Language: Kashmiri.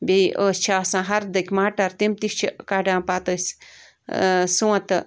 بیٚیہِ ٲسۍ چھِ آسان ہردٕک مَٹر تِم تہِ چھِ کَڈان پتہٕ أسۍ ٲں سونٛتہٕ